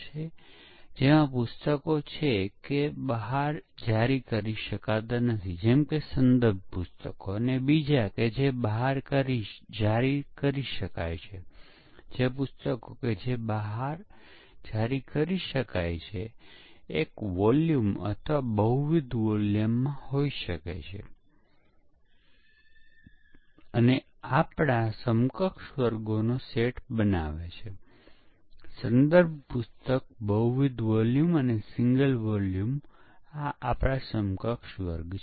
કેટલાક ખામી એવી હોઈ શકે છે જેના માટે પરીક્ષણના કેસો અમલમાં ન હોય તે ખૂબ જ ભાગ્યે જ એક વાર આવે છે અથવા તેમાં ખામી હોવા છતાં પણ તે પ્રોગ્રામની નિષ્ફળતાનું કારણ નથી કારણ કે હજી પણ સંભવત પરિણામ સ્વીકાર્ય છે